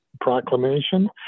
proclamation